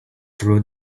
through